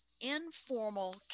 informal